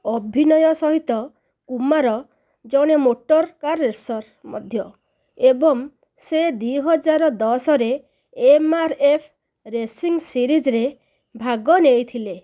ଅଭିନୟ ସହିତ କୁମାର ଜଣେ ମୋଟର କାର ରେସର୍ ମଧ୍ୟ ଏବଂ ସେ ଦୁଇ ହଜାର ଦଶ ରେ ଏମ୍ଆର୍ ଏଫ୍ ରେସିଂ ସିରିଜ୍ରେ ଭାଗ ନେଇଥିଲେ